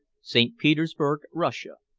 st. petersburg, russia.